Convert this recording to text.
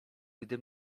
gdy